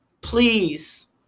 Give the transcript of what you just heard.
please